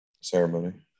ceremony